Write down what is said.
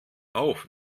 auf